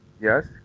Yes